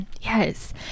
Yes